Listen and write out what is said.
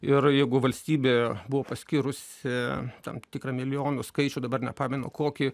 ir jeigu valstybė buvo paskyrusi tam tikrą milijonų skaičių dabar nepamenu kokį